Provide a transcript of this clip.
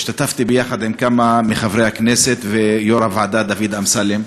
השתתפתי בו עם כמה מחברי הכנסת ויו"ר הוועדה דוד אמסלם.